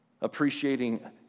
appreciating